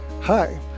Hi